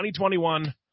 2021